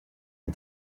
and